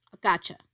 Gotcha